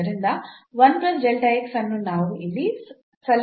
ಆದ್ದರಿಂದ ಅನ್ನು ನಾವು ಇಲ್ಲಿ ಸಲ್ಲಿಸುತ್ತೇವೆ